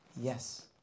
yes